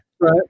Right